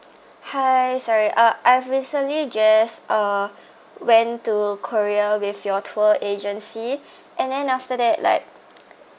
hi sorry uh I've recently just uh went to korea with your tour agency and then after that like